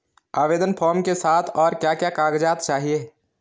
आवेदन फार्म के साथ और क्या क्या कागज़ात चाहिए?